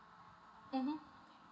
mmhmm